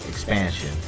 Expansion